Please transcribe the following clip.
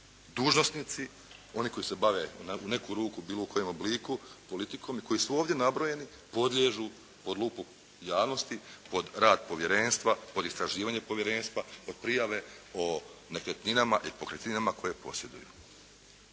dužnosnici oni koji se bave u neku ruku u bilo kojem obliku politikom i koji su ovdje nabrojeni podliježu pod lupu javnosti, pod rad povjerenstva, pod istraživanje povjerenstva, pod prijave o nekretninama i pokretninama koje posjeduju.